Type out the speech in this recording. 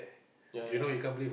ya ya ya